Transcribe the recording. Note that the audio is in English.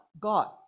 God